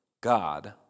God